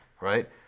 right